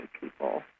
people